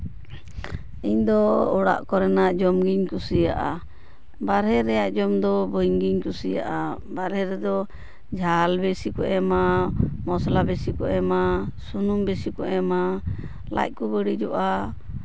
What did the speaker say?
ᱤᱧ ᱫᱚ ᱚᱲᱟᱜ ᱠᱚᱨᱮᱱᱟᱜ ᱡᱚᱢ ᱜᱤᱧ ᱠᱩᱥᱤᱭᱟᱜᱼᱟ ᱵᱟᱦᱨᱮ ᱨᱮᱭᱟᱜ ᱡᱚᱢ ᱫᱚ ᱵᱟᱝ ᱜᱤᱧ ᱠᱩᱥᱤᱭᱟᱜᱼᱟ ᱵᱟᱦᱨᱮ ᱨᱮᱫᱚ ᱡᱷᱟᱞ ᱵᱮᱥᱤ ᱠᱚ ᱮᱢᱟ ᱢᱚᱥᱞᱟ ᱵᱮᱥᱤ ᱠᱚ ᱮᱢᱟ ᱥᱩᱱᱩᱢ ᱵᱮᱥᱤ ᱠᱚ ᱮᱢᱟ ᱞᱟᱡ ᱠᱚ ᱵᱟᱹᱲᱤᱡᱚᱜᱼᱟ